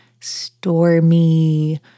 stormy